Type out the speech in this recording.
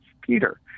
Peter